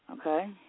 okay